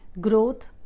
growth